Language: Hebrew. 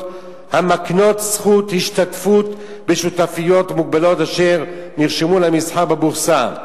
המקנות זכות השתתפות בשותפויות מוגבלות אשר נרשמו למסחר בבורסה.